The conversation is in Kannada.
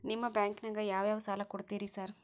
ನಿಮ್ಮ ಬ್ಯಾಂಕಿನಾಗ ಯಾವ್ಯಾವ ಸಾಲ ಕೊಡ್ತೇರಿ ಸಾರ್?